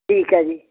ਠੀਕ ਹੈ ਜੀ